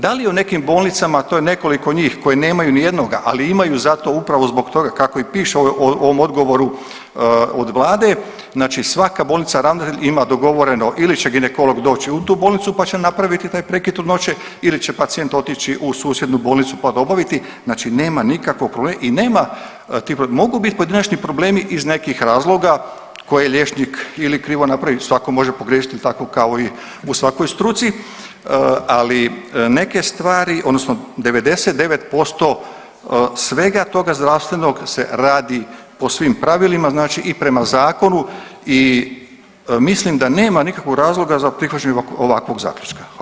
Da li u nekim bolnicama, a to je nekoliko njih koje nemaju nijednoga, ali imaju zato upravo zbog toga kako i piše u ovom odgovoru od vlade, znači svaka bolnica i ravnatelj ima dogovoreno ili će ginekolog doći u tu bolnicu, pa će napraviti taj prekid trudnoće ili će pacijent otići u susjednu bolnicu, pa to obaviti, znači nema nikakvog problema i nema tih problema, mogu bit pojedinačni problemi iz nekih razloga koje liječnik ili krivo napravi, svako može pogriješiti jel tako kao i u svakoj struci, ali neke stvari odnosno 99% svega toga zdravstvenog se radi po svim pravilima, znači i prema zakonu i mislim da nema nikakvog razloga za prihvaćanje ovakvog zaključka,